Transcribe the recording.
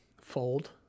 fold